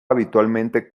habitualmente